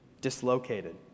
Dislocated